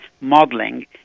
modeling